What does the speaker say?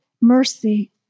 mercy